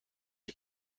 die